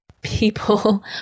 people